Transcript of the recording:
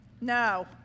No